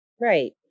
Right